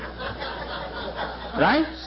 Right